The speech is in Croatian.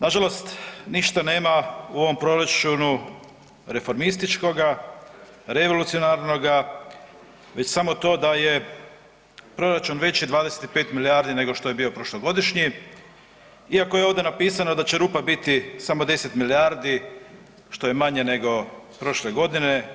Na žalost ništa nema u ovom proračunu reformističkoga, revolucionarnoga već samo to da je proračun veći 25 milijardi nego što je bio prošlogodišnji, iako je ovdje napisano da će rupa biti samo deset milijardi što je manje nego prošle godine.